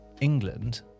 England